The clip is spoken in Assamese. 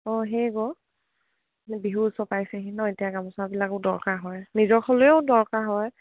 অঁ সেই গ' বিহু চপাইছেহি ন এতিয়া গামোচাবিলাকো দৰকাৰ হয় নিজৰ হ'লেও দৰকাৰ হয়